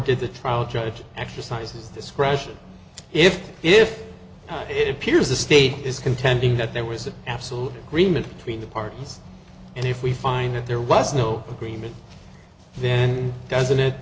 does the trial judge exercise his discretion if if it appears the state is contending that there was an absolute agreement between the parties and if we find that there was no agreement then doesn't it